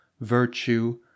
virtue